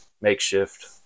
makeshift